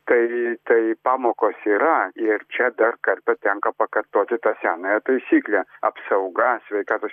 tai tai pamokos yra ir čia dar kartą tenka pakartoti tą senąją taisyklę apsauga sveikatos